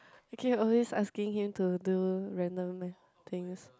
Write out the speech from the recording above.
you can always asking him to do random things